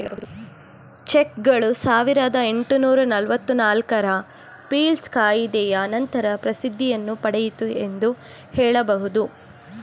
ಚೆಕ್ಗಳು ಸಾವಿರದ ಎಂಟುನೂರು ನಲವತ್ತು ನಾಲ್ಕು ರ ಪೀಲ್ಸ್ ಕಾಯಿದೆಯ ನಂತರ ಪ್ರಸಿದ್ಧಿಯನ್ನು ಪಡೆಯಿತು ಎಂದು ಹೇಳಬಹುದು